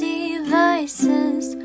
Devices